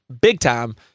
big-time